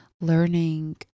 learning